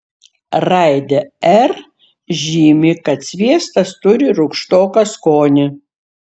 raidė r žymi kad sviestas turi rūgštoką skonį